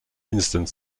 instant